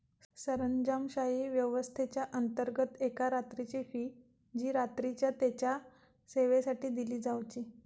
सरंजामशाही व्यवस्थेच्याअंतर्गत एका रात्रीची फी जी रात्रीच्या तेच्या सेवेसाठी दिली जावची